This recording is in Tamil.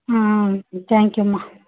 ம் தேங்க்யூமா